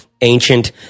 Ancient